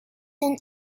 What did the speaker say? and